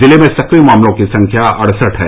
जिले में सक्रिय मामलों की संख्या अड़सठ है